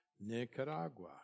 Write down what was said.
Nicaragua